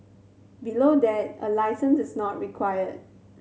below that a licence is not required